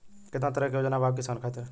केतना तरह के योजना बा किसान खातिर?